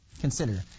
Consider